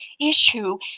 issue